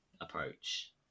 approach